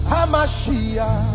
Hamashiach